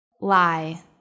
Lie